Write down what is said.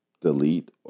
delete